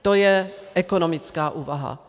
To je ekonomická úvaha.